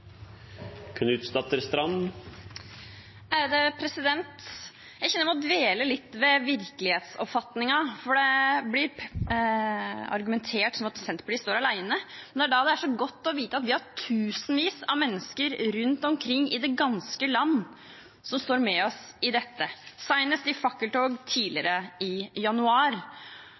Jeg kjenner at jeg må dvele litt ved virkelighetsoppfatningen, for det blir argumentert som om Senterpartiet står alene. Det er da det er så godt å vite at det er tusenvis av mennesker rundt omkring i det ganske land som står sammen med oss i dette – senest i et fakkeltog tidligere